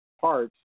parts